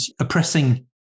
Oppressing